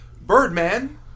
Birdman